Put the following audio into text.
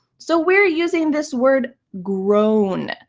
so we're using this word grown.